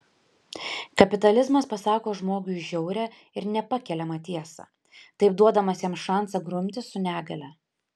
kapitalizmas pasako žmogui žiaurią ir nepakeliamą tiesą taip duodamas jam šansą grumtis su negalia